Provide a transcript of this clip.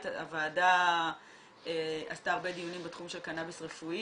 הוועדה עשתה הרבה דיונים בתחום של קנאביס רפואי